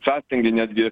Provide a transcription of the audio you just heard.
sąstingį netgi